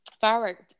Firework